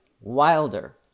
Wilder